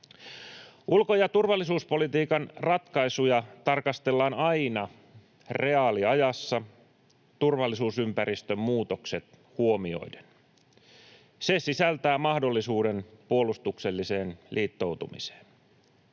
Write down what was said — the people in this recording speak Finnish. Ulko- ja turvallisuuspolitiikan ratkaisuja tarkastellaan aina reaaliajassa turvallisuusympäristön muutokset huomioiden. Se sisältää mahdollisuuden puolustukselliseen liittoutumiseen.